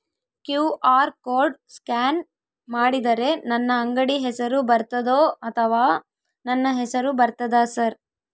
QR code scan ಮಾಡಿದರೆ ನನ್ನ ಅಂಗಡಿ ಹೆಸರು ಬರ್ತದೋ ಅಥವಾ ನನ್ನ ಹೆಸರು ಬರ್ತದ ಸರ್?